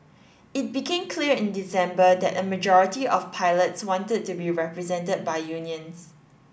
it became clear in December that a majority of pilots wanted to be represented by unions